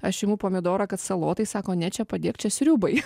aš imu pomidorą kad salotai sako ne čia padėk čia sriubai